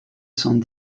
cent